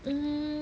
mm